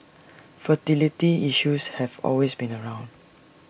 fertility issues have always been around